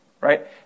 Right